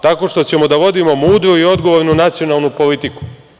Tako što ćemo da vodimo mudru i odgovornu nacionalnu politiku.